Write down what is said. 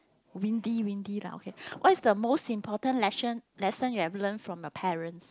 windy windy lah okay what's the most important lesson lesson you have learnt from your parents